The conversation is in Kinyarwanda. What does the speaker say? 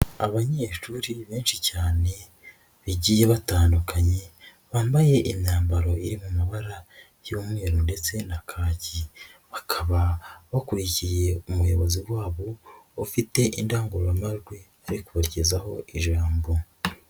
Abanyeshuri benshi cyane bagiye batandukanye, bambaye imyambaro iri mu mabara y'umweru ndetse na kaki bakaba bakurikiye umuyobozi wabo ufite indangururamajwi ar kubagezaho ijambo.